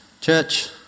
Church